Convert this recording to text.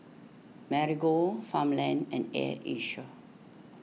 Marigold Farmland and Air Asia